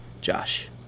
Josh